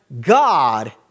God